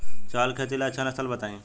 चावल के खेती ला अच्छा नस्ल बताई?